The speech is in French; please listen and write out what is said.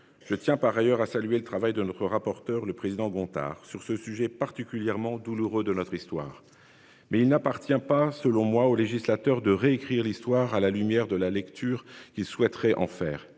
je tiens par ailleurs à saluer le travail de notre rapporteure le président Gontard sur ce sujet particulièrement douloureux de notre histoire. Mais il n'appartient pas selon moi au législateur de réécrire l'histoire à la lumière de la lecture qui souhaiteraient en faire